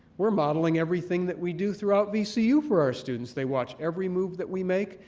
we're modeling everything that we do throughout vcu for our students. they watch every move that we make.